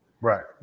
Right